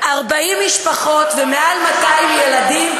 40 משפחות ויותר מ-200 ילדים,